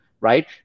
right